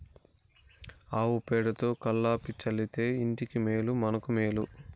ఆవు పేడతో కళ్లాపి చల్లితే ఇంటికి మేలు మనకు మేలు